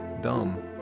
dumb